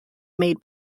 made